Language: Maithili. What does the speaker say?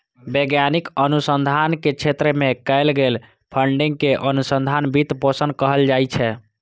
वैज्ञानिक अनुसंधान के क्षेत्र मे कैल गेल फंडिंग कें अनुसंधान वित्त पोषण कहल जाइ छै